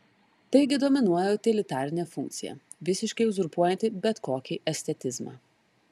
taigi dominuoja utilitarinė funkcija visiškai uzurpuojanti bet kokį estetizmą